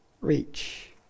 reach